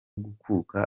gukuka